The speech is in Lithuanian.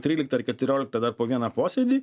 tryliktą ar keturioliktą dar po vieną posėdį